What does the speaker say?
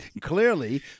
Clearly